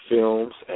Films